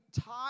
tie